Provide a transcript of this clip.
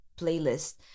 playlist